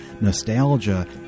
nostalgia